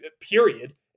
period